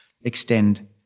extend